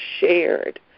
shared